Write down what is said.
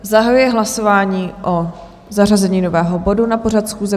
Zahajuji hlasování o zařazení nového bodu na pořad schůze.